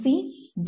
C D